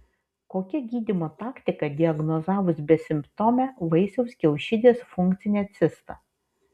kokia gydymo taktika diagnozavus besimptomę vaisiaus kiaušidės funkcinę cistą